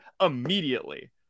immediately